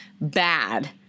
bad